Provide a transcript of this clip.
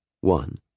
One